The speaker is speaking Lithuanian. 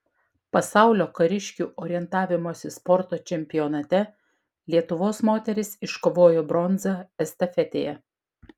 pasaulio kariškių orientavimosi sporto čempionate lietuvos moterys iškovojo bronzą estafetėje